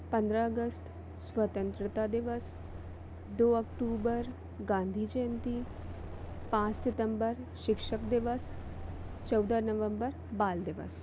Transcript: पन्द्रह अगस्त स्वतंत्रता दिवस दो अक्टूबर गाँधी जयन्ती पाँच सितंबर शिक्षक दिवस चौदह नवंबर बाल दिवस